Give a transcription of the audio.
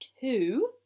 two